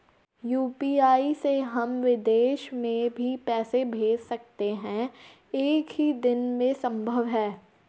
UPI से हम विदेश में भी पैसे भेज सकते हैं एक ही दिन में संभव है?